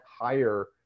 higher